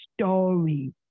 story